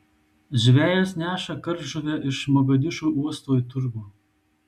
žvejas neša kardžuvę iš mogadišu uosto į turgų